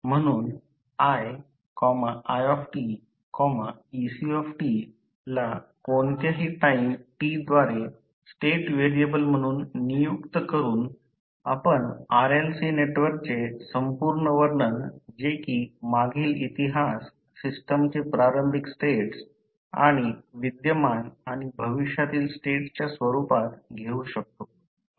म्हणून i i ect ला कोणत्याही टाईम t द्वारे स्टेट व्हेरिएबल म्हणून नियुक्त करून आपण RLC नेटवर्कचे संपूर्ण वर्णन जे कि मागील इतिहास सिस्टमचे प्रारंभिक स्टेट्स आणि विद्यमान आणि भविष्यातील स्टेट्सच्या स्वरूपात घेऊ शकतो